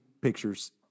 pictures